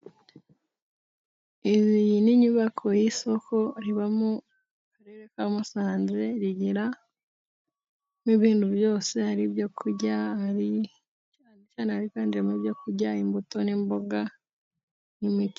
Iyi ni inyubako y'isoko riba mu karere ka Musanze, rigiramo ibintu byose ari ibyo kurya, imbuto, n'imboga, n'imiti.